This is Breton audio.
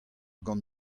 gant